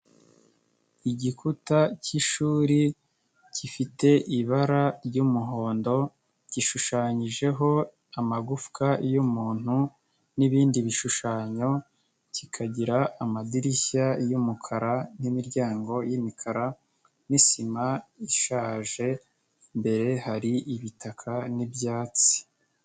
Igikuta cy'ishuri gifite ibara ry'umuhondo, gishushanyijeho amagufwa y'umuntu n'ibindi bishushanyo, kikagira amadirishya y'umukara n'imiryango y'imikara n'isima ishaje, imbere hari ibitaka n'ibyatsi.